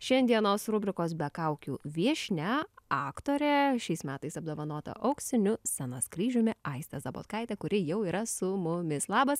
šiandienos rubrikos be kaukių viešnia aktorė šiais metais apdovanota auksiniu scenos kryžiumi aistė zabotkaitė kuri jau yra su mumis labas